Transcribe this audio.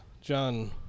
john